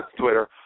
Twitter